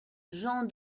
jean